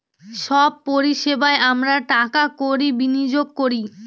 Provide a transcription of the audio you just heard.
সব পরিষেবায় আমরা টাকা কড়ি বিনিয়োগ করি